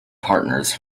partners